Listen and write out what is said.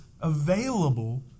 available